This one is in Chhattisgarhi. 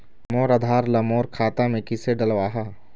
मोर आधार ला मोर खाता मे किसे डलवाहा?